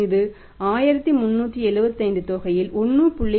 இது 1375 தொகையில் 1